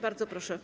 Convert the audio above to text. Bardzo proszę.